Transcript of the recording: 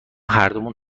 هردومون